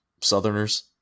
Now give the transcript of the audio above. Southerners